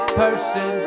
person